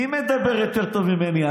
מי מדבר יותר טוב ממני?